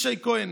ישי כהן,